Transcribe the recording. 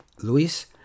Luis